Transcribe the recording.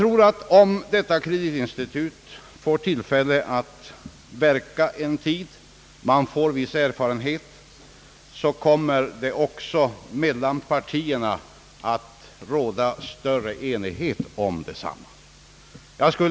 Om detta kreditinstitut får tillfälle att verka en tid och man får viss erfarenhet, så kommer det också, tror jag, att råda större enighet mellan partierna.